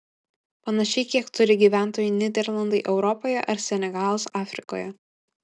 panašiai kiek turi gyventojų nyderlandai europoje ar senegalas afrikoje